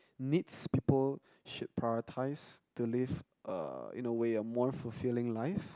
needs people should prioritize to live err in a way a more fulfilling life